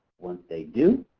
once they do,